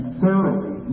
thoroughly